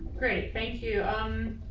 great, thank you. um,